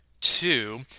Two